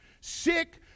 sick